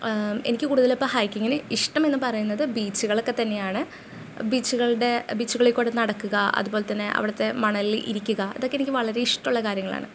എനിക്ക് കൂടുതൽ ഇപ്പം ഹൈക്കിങ്ങിന് ഇഷ്ടം എന്ന് പറയുന്നത് ബീച്ചുകളൊക്കെ തന്നെയാണ് ബീച്ചുകളുടെ ബീച്ചുകളിൽക്കൂടെ നടക്കുക അതുപോലെ തന്നെ അവിടുത്തെ മണലിൽ ഇരിക്കുക ഇതൊക്കെ എനിക്ക് വളരെ ഇഷ്ടമുള്ള കാര്യങ്ങളാണ്